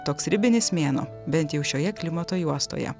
toks ribinis mėnuo bent jau šioje klimato juostoje